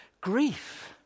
grief